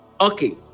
Okay